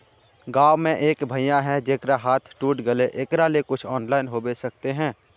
गाँव में एक भैया है जेकरा हाथ टूट गले एकरा ले कुछ ऑनलाइन होबे सकते है?